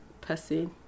person